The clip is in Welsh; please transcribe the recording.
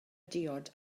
diod